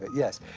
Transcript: yes.